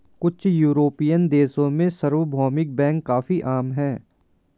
कुछ युरोपियन देशों में सार्वभौमिक बैंक काफी आम हैं